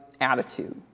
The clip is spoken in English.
attitude